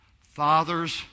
fathers